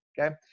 okay